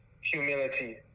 humility